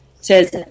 says